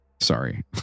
sorry